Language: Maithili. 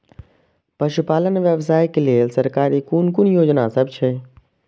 पशु पालन व्यवसाय के लेल सरकारी कुन कुन योजना सब छै?